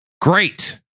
Great